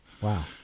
Wow